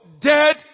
dead